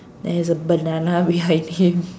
and there's a banana behind him